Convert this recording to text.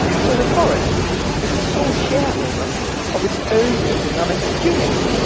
so the forest is the sole shareholder of its own economic unit.